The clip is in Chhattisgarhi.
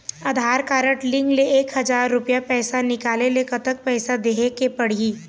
आधार कारड लिंक ले एक हजार रुपया पैसा निकाले ले कतक पैसा देहेक पड़ही?